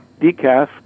decaf